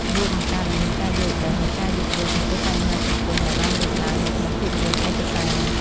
វាបង្កើតឱ្យមានការយល់ដឹង និងការយោគយល់ចំពោះបញ្ហាសង្គមដែលបានលើកឡើងនៅក្នុងភាពយន្តឯកសារ។